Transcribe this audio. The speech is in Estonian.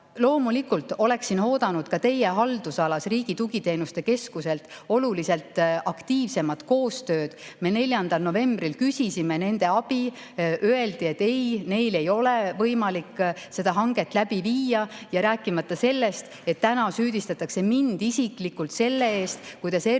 Loomulikult ma ootasin ka teie haldusalas olevalt Riigi Tugiteenuste Keskuselt oluliselt aktiivsemat koostööd. Me 4. novembril küsisime nende abi. Öeldi, et ei, neil ei ole võimalik seda hanget läbi viia. Rääkimata sellest, et täna süüdistatakse mind isiklikult selle eest, kuidas RTK